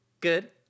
Good